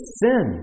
sin